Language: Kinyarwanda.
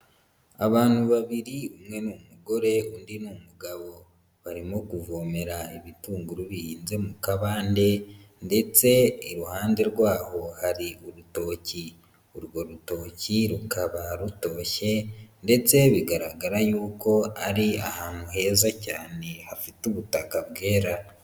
Abantu babiri, umwe ni umugore undi ni umugabo, barimo kuvomera ibitunguru bihinze mu kabande, ndetse iruhande rwaho hari urutoki, urwo rutoki rukaba rutoshye, ndetse bigaragara y'uko ari ahantu heza cyane hafite ubutaka bwera.